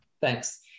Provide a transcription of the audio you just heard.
Thanks